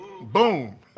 Boom